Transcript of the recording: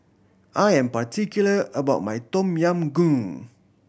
I am particular about my Tom Yam Goong